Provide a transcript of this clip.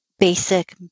basic